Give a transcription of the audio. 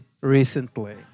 recently